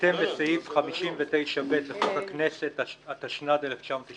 "בהתאם לסעיף 59(ב) לחוק הכנסת התשנ"ו-1994.